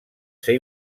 ser